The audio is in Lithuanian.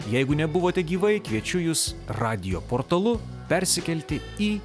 jeigu nebuvote gyvai kviečiu jus radijo portalu persikelti į